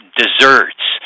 desserts